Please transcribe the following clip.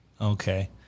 Okay